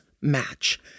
match